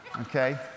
okay